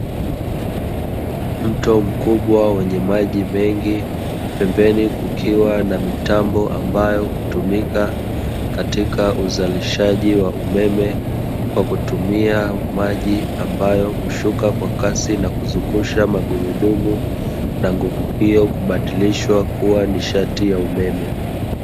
Mto mkubwa ukiwa na maji mengi pembeni kukiwa na mitambo ambayo hutumika katika uzalishaji wa umeme na hutumia maji ambayo hushuka kwa kasi na kuzungusha magurudumu na nguvu hiyo hubadilishwa kuwa nguvu ya umeme.